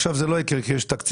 עכשיו זה לא יקרה כי יש תקציב,